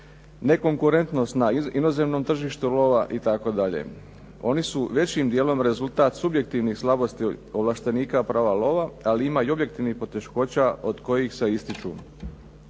nekonkurentnost na inozemnom tržištu lova itd. Oni su većim dijelom rezultat subjektivnih slabosti ovlaštenika prava lova, ali ima i objektivnih poteškoća od kojih se ističu: